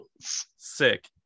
Sick